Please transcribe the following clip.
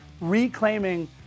reclaiming